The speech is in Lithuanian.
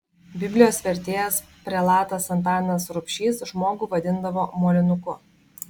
biblijos vertėjas prelatas antanas rubšys žmogų vadindavo molinuku